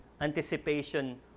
anticipation